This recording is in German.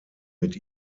mit